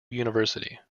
university